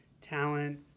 talent